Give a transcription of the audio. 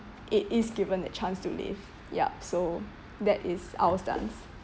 it is given a chance to live ya so that is our stance